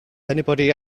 anybody